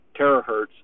terahertz